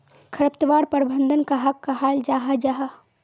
खरपतवार प्रबंधन कहाक कहाल जाहा जाहा?